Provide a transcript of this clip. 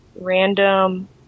random